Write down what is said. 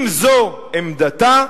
אם זו עמדתה,